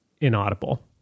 inaudible